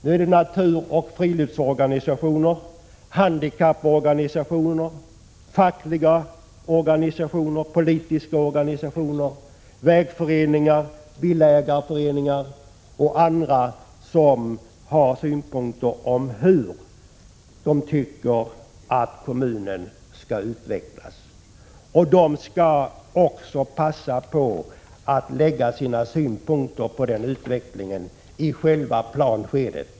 Det gäller naturoch friluftsorganisationer, handikapporganisationer, fackliga och politiska organisationer, vägföreningar, villaägarföreningar och andra som har synpunkter på hur kommunen skall utvecklas. Dessa organisationer skall passa på att framlägga sina synpunkter på utvecklingen i själva planskedet.